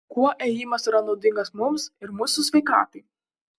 kuo ėjimas yra naudingas mums ir mūsų sveikatai